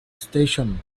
station